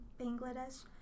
Bangladesh